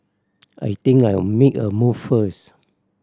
I think I'll make a move first